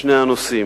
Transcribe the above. בשני הנושאים,